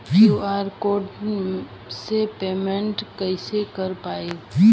QR code से payment कईसे कर पाएम?